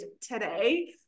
today